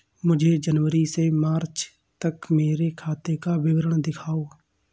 मुझे जनवरी से मार्च तक मेरे खाते का विवरण दिखाओ?